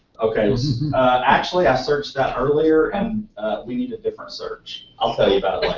okay actually i searched that earlier and we need a different search, i'll tell you about